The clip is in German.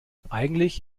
eigentlich